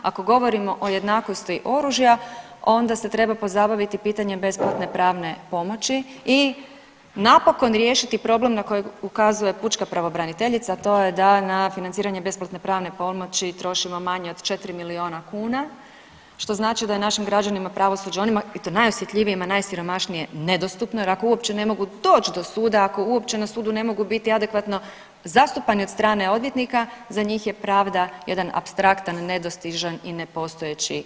Ako govorimo o jednakosti oružja, onda se treba pozabaviti pitanjem besplatne pravne pomoći i napokon riješiti problem na kojeg ukazuje pučka pravobraniteljica, a to je da na financiranje besplatne pravne pomoći trošimo manje od 4 milijuna kuna, što znači da je našim građanima pravosuđe onima, i to najosjetljivijima, najsiromašnije, nedostupna jer uopće ne mogu doći do suda, ako uopće na sudu ne mogu biti adekvatno zastupani od strane odvjetnika, za njih je pravda jedan apstraktan, nedostižan i nepostojeći pojam.